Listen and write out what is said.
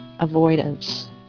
avoidance